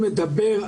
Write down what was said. הבנתי.